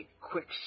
quick